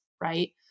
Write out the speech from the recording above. right